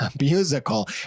musical